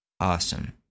awesome